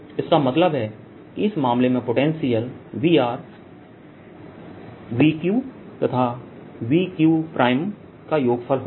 इसका मतलब है कि इस मामले में पोटेंशियल V Vqतथा Vq का योगफल होगा